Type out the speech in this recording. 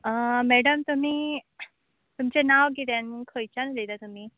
आ madam तुमी तुमचें नांव किदें आनी खंयच्यान उलयता तुमी